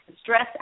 stress